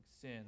Sin